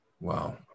Wow